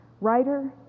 writer